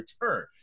return